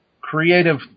creative